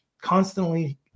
constantly